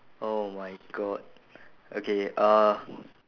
oh my god okay uh